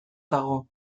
dago